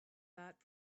that